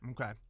Okay